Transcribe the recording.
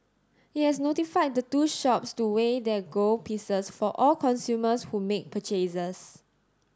it has notified the two shops to weigh their gold pieces for all consumers who make purchases